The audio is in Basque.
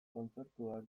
kontzertuak